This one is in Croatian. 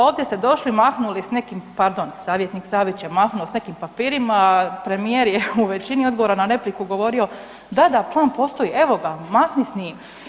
Ovdje ste došli, mahnuli s nekim, pardon savjetnik Savić je mahnuo sa nekim papirima, a premijer je u većini odgovora na repliku govorio, da, da, Plan postoji, evo ga, mahni s njim.